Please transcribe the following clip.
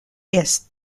est